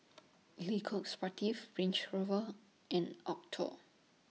Lily Coq Sportif Range Rover and Acuto